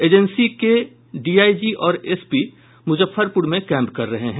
agency के DIG और SP Muzaffarpur में कैम्प कर रहे हैं